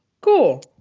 Cool